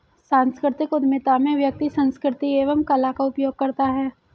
सांस्कृतिक उधमिता में व्यक्ति संस्कृति एवं कला का उपयोग करता है